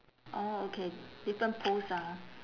orh okay different post ah